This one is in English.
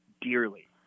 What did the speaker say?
dearly